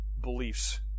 beliefs